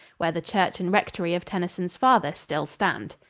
where the church and rectory of tennyson's father still stand.